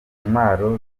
ntwaro